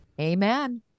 Amen